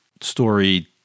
Story